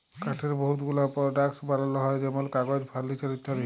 কাঠের বহুত গুলা পরডাক্টস বালাল হ্যয় যেমল কাগজ, ফারলিচার ইত্যাদি